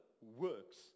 works